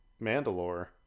Mandalore